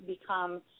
become